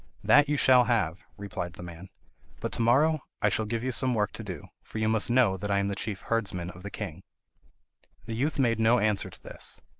that you shall have replied the man but to-morrow i shall give you some work to do, for you must know that i am the chief herdsman of the king the youth made no answer to this.